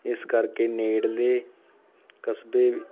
ਇਸ ਕਰਕੇ ਨੇੜਲੇ ਕਸਬੇ